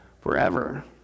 Forever